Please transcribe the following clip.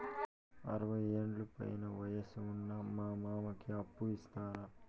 అరవయ్యేండ్ల పైన వయసు ఉన్న మా మామకి అప్పు ఇస్తారా